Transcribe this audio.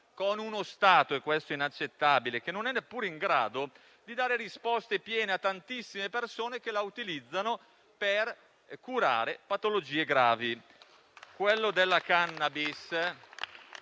con uno Stato - e questo è inaccettabile - che non è neppure in grado di dare risposte piene alle tantissime persone che la utilizzano per curare patologie gravi.